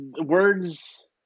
words